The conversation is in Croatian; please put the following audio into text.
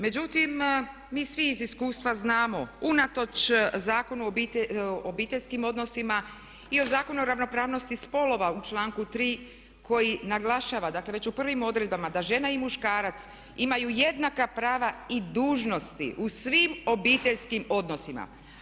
Međutim, mi svi iz iskustva znamo unatoč Zakonu o obiteljskim odnosima i o Zakonu o ravnopravnosti spolova u članku 3. koji naglašava dakle već u prvim odredbama da žena i muškarac imaju jednaka prava i dužnosti u svim obiteljskim odnosima.